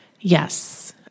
Yes